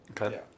Okay